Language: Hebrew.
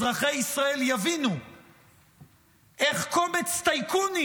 אזרחי ישראל יבינו איך קומץ טייקונים